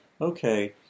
Okay